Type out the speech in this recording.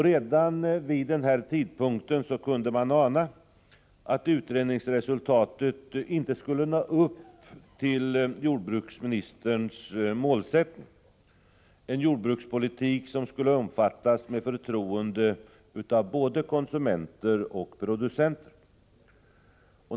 Redan vid den här tidpunkten kunde man ana att utredningsresultatet inte skulle nå upp till jordbruksministerns målsättning — en jordbrukspolitik som skulle omfattas med förtroende av både konsumenter och producenter.